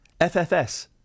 FFS